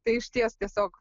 tai išties tiesiog